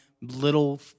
little